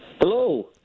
Hello